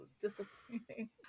disappointing